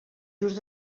just